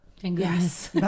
Yes